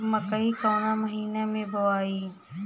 मकई कवना महीना मे बोआइ?